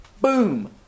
boom